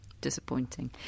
Disappointing